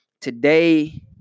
Today